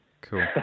Cool